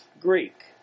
Greek